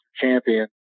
champion